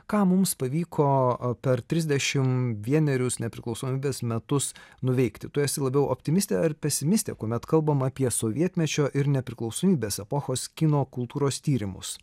ką mums pavyko per trisdešimt vienerius nepriklausomybės metus nuveikti tu esi labiau optimistė ar pesimistė kuomet kalbam apie sovietmečio ir nepriklausomybės epochos kino kultūros tyrimus